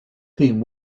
theme